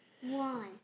One